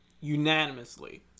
unanimously